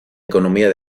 economía